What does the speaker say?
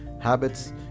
habits